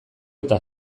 eta